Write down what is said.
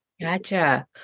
Gotcha